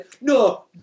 No